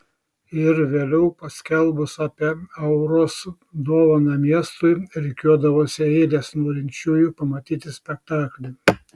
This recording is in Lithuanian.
ir vėliau paskelbus apie auros dovaną miestui rikiuodavosi eilės norinčiųjų pamatyti spektaklį